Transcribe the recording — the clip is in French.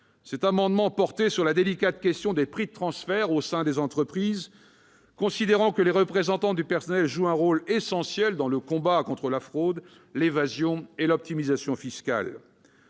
Cet amendement portait sur la délicate question des prix de transfert au sein des entreprises. Les représentants du personnel jouant un rôle essentiel dans le combat contre la fraude, l'évasion et l'optimisation fiscales,